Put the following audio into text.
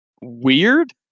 weird